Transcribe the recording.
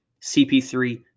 CP3